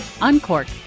uncork